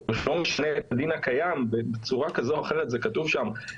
בדין הקיים בצורה כזו או אחרת זה כתוב שם.